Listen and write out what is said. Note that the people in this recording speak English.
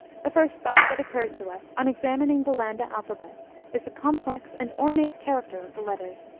the first thought that occurs to us on examining the landa alphabet is the complex and ornate character of the letters.